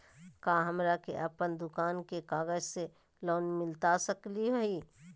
का हमरा के अपन दुकान के कागज से लोन मिलता सकली हई?